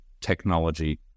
technology